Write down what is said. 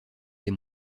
des